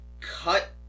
cut